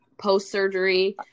post-surgery